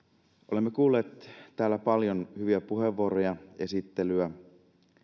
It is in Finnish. olemme kuulleet täällä paljon hyviä puheenvuoroja esittelyä